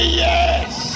yes